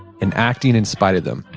and acting in spite of them.